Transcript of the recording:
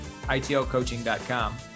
itlcoaching.com